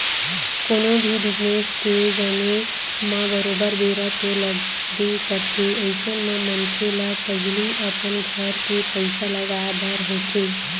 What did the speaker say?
कोनो भी बिजनेस के जमें म बरोबर बेरा तो लगबे करथे अइसन म मनखे ल पहिली अपन घर के पइसा लगाय बर होथे